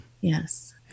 Yes